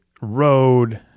road